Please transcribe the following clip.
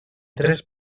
tres